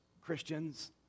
Christians